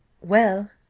well,